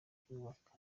byubaka